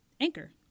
Anchor